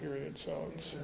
period so it's